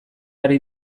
ari